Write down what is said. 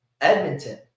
Edmonton